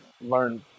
learn